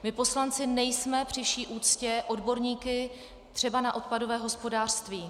My poslanci nejsme při vší úctě odborníky třeba na odpadové hospodářství.